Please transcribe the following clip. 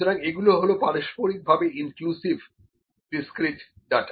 সুতরাং এগুলো হলো পারস্পরিক ভাবে ইনক্লুসিভ ডিসক্রিট ডাটা